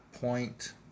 point